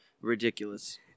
ridiculous